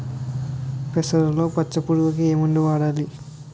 పెసరలో పచ్చ పురుగుకి ఏ మందు వాడాలి?